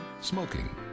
Smoking